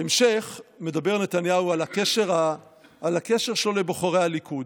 בהמשך מדבר נתניהו על הקשר שלו לבוחרי הליכוד,